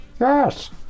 Yes